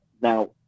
Now